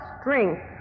strength